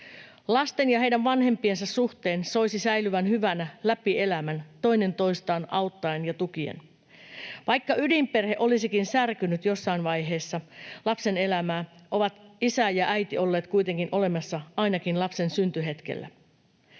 Lasten ja heidän vanhempiensa suhteen soisi säilyvän hyvänä läpi elämän, toinen toistaan auttaen ja tukien. Vaikka ydinperhe olisikin särkynyt jossain vaiheessa lapsen elämää, ovat isä ja äiti olleet kuitenkin olemassa ainakin lapsen syntyhetkellä.